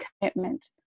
commitment